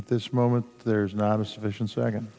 at this moment there is not a sufficient second